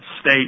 state